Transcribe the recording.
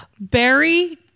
barry